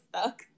stuck